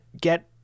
get